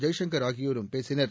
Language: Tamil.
ஜெய்சங்கர் ஆகியோரும் பேசினர்